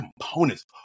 components